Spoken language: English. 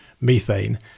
methane